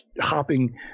hopping